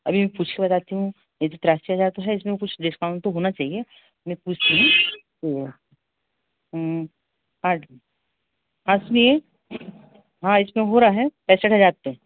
अभी पूछ के बताती हूँ यह तो तिरासी हज़ार का है इसमें कुछ डिस्काउंट तो होना चाहिए नहीं कुछ सोलह हूँ आठ अस्सी है हाँ इसमें हो रहा है पैसठ हज़ार रुपये